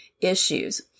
issues